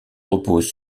repose